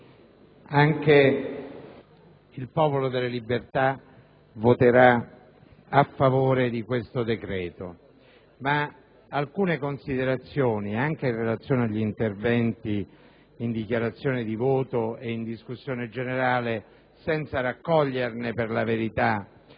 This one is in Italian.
anche il Popolo della Libertà voterà a favore di questo decreto-legge, ma alcune osservazioni, anche in relazione agli interventi in dichiarazione di voto e in discussione generale - senza raccoglierne l'aspetto